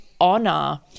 honor